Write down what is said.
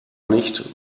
nicht